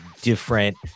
different